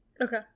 Okay